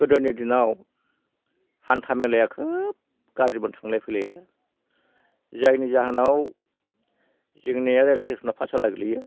गोदोनि दिनाव हान्था मेलाया खोब गाज्रिमोन थांलाय फैलाया जायनि जाहोनाव जोंनि रेल स्टेस'ना पाथसाला गोगग्लैयो